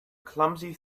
clumsy